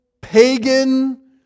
pagan